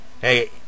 Hey